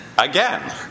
Again